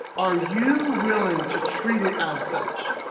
are you willing to treat it as such,